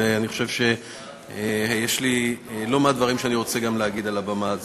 ואני חושב יש לי לא מעט דברים שאני רוצה להגיד על הבמה הזאת.